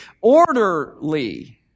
orderly